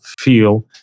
feel